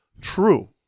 true